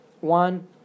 one